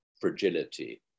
fragility